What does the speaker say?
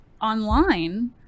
online